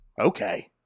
Okay